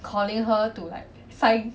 calling her to like sign